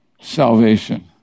salvation